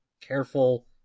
Careful